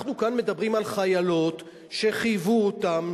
אנחנו כאן מדברים על חיילות שחייבו אותן